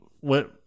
went